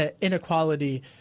inequality